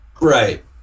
Right